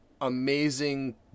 amazing